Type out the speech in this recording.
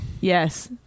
Yes